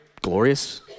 glorious